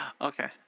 Okay